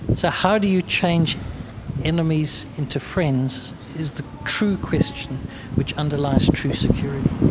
so how do you change enemies into friends is the true question which underlies true security